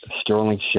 Sterling